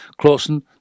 Clawson